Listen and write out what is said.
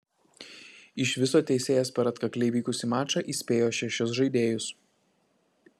iš viso teisėjas per atkakliai vykusį mačą įspėjo šešis žaidėjus